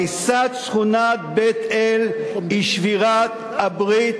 הריסת השכונה בבית-אל היא שבירת הברית